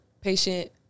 patient